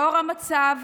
נוכח המצב,